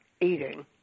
eating